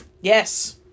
Yes